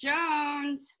Jones